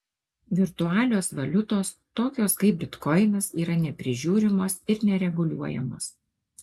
virtualios valiutos tokios kaip bitkoinas yra neprižiūrimos ir nereguliuojamos